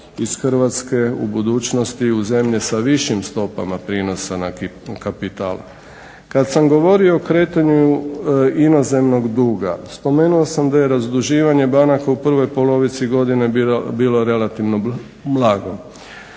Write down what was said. iz Hrvatske u budućnosti u zemlje sa višim stopama prijenosa na kapital. Kad sam govorio o kretanju inozemnog duga, spomenuo sam da je razduživanje banaka u prvoj polovici bilo relativno blago.